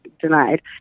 denied